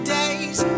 days